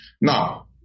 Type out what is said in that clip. Now